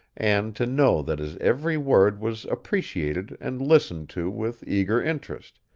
and to know that his every word was appreciated and listened to with eager interest,